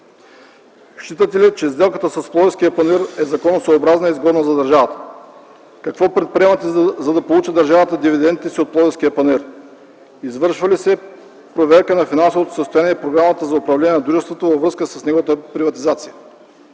Считате ли, че сделката с Пловдивския панаир е законосъобразна и изгодна за държавата? Какво предприемате, за да получи държавата дивидентите си от Пловдивския панаир? Извършва ли се проверка на финансовото състояние и програмата за управление на дружеството във връзка с неговата приватизация?